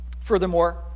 Furthermore